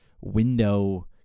window